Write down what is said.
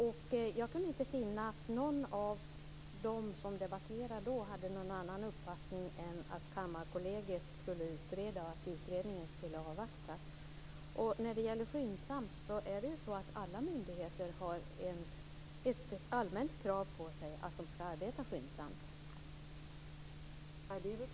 Och jag kunde inte finna att någon av dem som debatterade då hade någon annan uppfattning än att Kammarkollegiet skulle utreda och att utredningen skulle avvaktas. När det gäller skyndsamhet är det ju så att alla myndigheter har ett allmänt krav på sig att de skall arbeta skyndsamt.